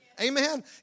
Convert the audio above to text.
Amen